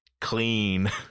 Clean